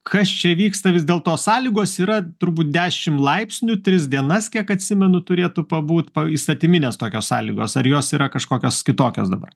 kas čia vyksta vis dėlto sąlygos yra turbūt dešim laipsnių tris dienas kiek atsimenu turėtų pabūt įstatyminės tokios sąlygos ar jos yra kažkokios kitokios dabar